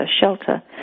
shelter